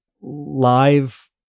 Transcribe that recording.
Live